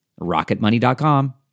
rocketmoney.com